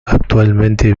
actualmente